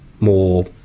More